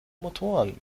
motoren